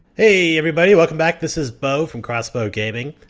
hey, everybody, welcome back. this is beau from crossbeaugaming.